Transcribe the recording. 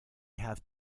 have